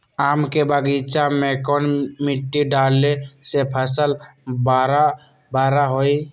आम के बगीचा में कौन मिट्टी डाले से फल बारा बारा होई?